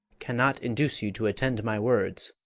cannot induce you to attend my words,